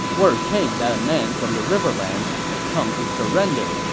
word came that a man from the riverlands had come to surrender,